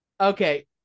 Okay